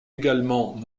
également